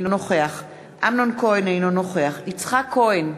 אינו נוכח אמנון כהן, אינו נוכח יצחק כהן,